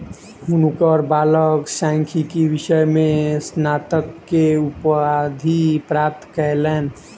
हुनकर बालक सांख्यिकी विषय में स्नातक के उपाधि प्राप्त कयलैन